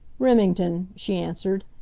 remington, she answered.